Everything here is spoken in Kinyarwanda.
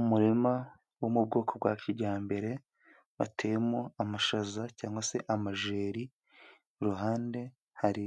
Umurima wo mu bwoko bwa kijyambere, bateyemo amashaza cyangwa se amajeri, iruhande hari